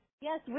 yes